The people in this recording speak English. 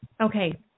Okay